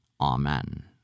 Amen